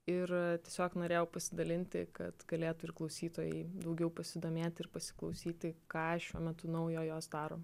ir tiesiog norėjau pasidalinti kad galėtų ir klausytojai daugiau pasidomėti ir pasiklausyti ką šiuo metu naujo jos daro